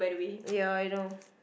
ya I know